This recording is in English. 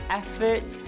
efforts